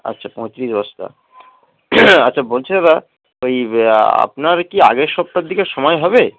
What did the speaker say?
আচ্ছা পঁয়ত্রিশ বস্তা আচ্ছা বলছি দাদা ওই আপনার কি আগের সপ্তাহের দিকে সময় হবে